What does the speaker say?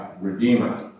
Redeemer